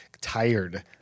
tired